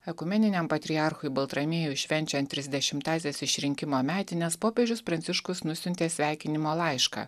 ekumeniniam patriarchui baltramiejui švenčiant trisdešimtąsias išrinkimo metines popiežius pranciškus nusiuntė sveikinimo laišką